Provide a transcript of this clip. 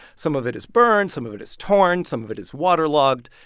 some of it is burned. some of it is torn. some of it is waterlogged.